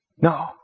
No